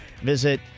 Visit